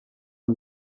and